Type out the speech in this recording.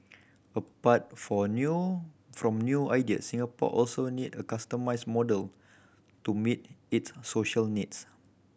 apart for new from new ideas Singapore also need a customised model to meet its social needs